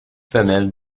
femelle